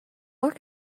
more